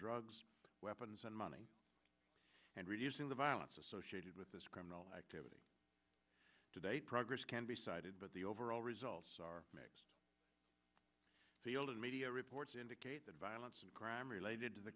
drugs weapons and money and reducing the violence associated with this criminal activity today progress can be cited but the overall results are mixed the old media reports indicate that violence and crime related to the